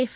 F